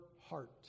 heart